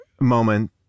moment